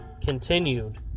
continued